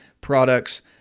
products